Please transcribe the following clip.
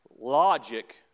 Logic